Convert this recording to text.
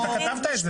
אתה כתבת את זה.